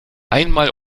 einmal